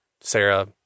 Sarah